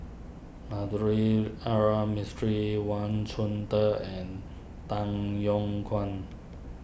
R Mistri Wang Chunde and Tan Yong Kwang